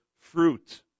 fruit